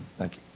thank you.